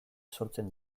sortzen